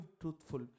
truthful